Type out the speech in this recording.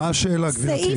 מה השאלה, גברתי?